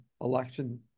election